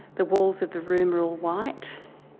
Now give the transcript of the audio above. the walls of the room are all white.